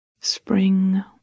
Spring